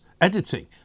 editing